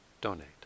donate